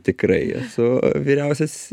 tikrai esu vyriausias